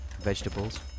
vegetables